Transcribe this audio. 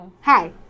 Hi